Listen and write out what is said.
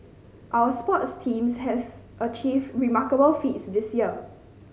our sports teams has achieved remarkable feats this year